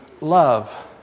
love